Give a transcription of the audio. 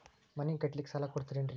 ಮನಿ ಕಟ್ಲಿಕ್ಕ ಸಾಲ ಕೊಡ್ತಾರೇನ್ರಿ?